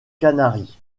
canaries